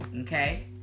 Okay